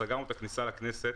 סגרנו את הכניסה לכנסת.